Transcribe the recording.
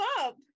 up